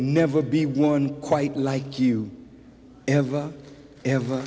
never be one quite like you ever ever